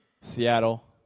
Seattle